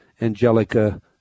Angelica